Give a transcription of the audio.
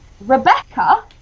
Rebecca